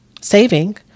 saving